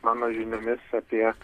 mano žiniomis apie